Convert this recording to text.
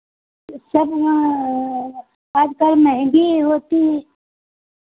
तो सब वाँ आज कल मेहंदी होती